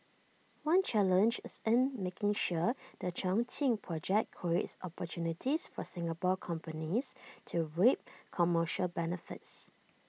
one challenge is in making sure the Chongqing project creates opportunities for Singapore companies to reap commercial benefits